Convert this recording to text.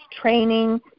training